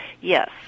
Yes